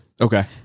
Okay